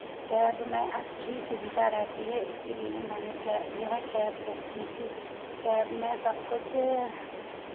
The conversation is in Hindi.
कैब में अच्छी सुविधा रहती है इसीलिए मैंने यह कैब बुक की थी कैब में सब कुछ